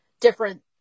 different